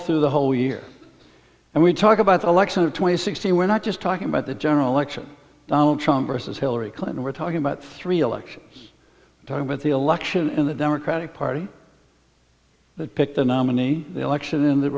through the whole year and we talk about the election of twenty sixty we're not just talking about the general election donald trump versus hillary clinton we're talking about three elections talking with the election in the democratic party that pick the nominee the election in the